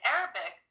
Arabic